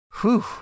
Whew